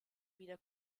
wieder